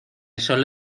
solo